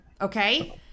Okay